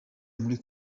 muri